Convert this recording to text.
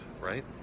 right